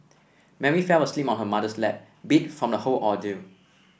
Mary fell asleep on her mother's lap beat from the whole ordeal